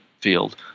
field